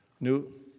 new